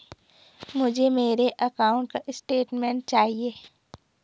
मुझे मेरे अकाउंट का स्टेटमेंट चाहिए?